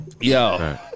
Yo